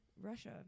Russia